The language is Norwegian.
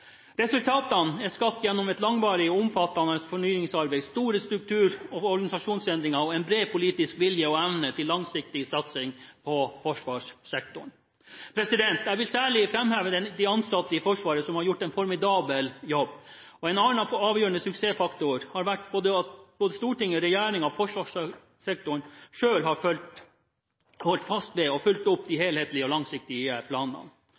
Resultatene er skapt gjennom et langvarig og omfattende fornyingsarbeid, store struktur- og organisasjonsendringer og en bred politisk vilje og evne til langsiktig satsing på forsvarssektoren. Jeg vil særlig framheve de ansatte i Forsvaret, som har gjort en formidabel jobb. En annen avgjørende suksessfaktor har vært at både Stortinget, regjeringen og forsvarssektoren selv har holdt fast ved og fulgt opp de helhetlige og langsiktige planene.